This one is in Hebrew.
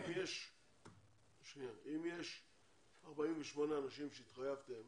אם יש 48 אנשים שהתחייבתם